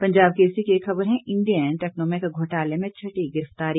पंजाब केसरी की एक खबर है इंडियन टैक्नोमेक घोटाले में छठी गिरफतारी